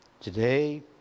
Today